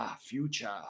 future